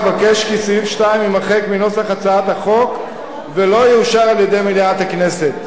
אבקש כי סעיף 2 יימחק מנוסח הצעת החוק ולא יאושר על-ידי מליאת הכנסת.